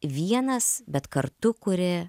vienas bet kartu kuri